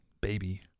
baby